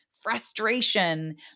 frustration